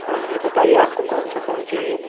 हाँ जी बताइये आपको कौन सा फ़ोन चाहिए